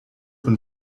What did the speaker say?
und